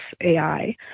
AI